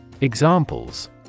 Examples